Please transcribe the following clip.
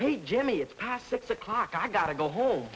hey jimmy it's past six o'clock i gotta go home